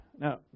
Now